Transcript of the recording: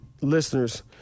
listeners